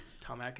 tom